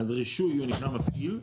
רישוי, רישיון מפעיל.